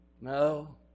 No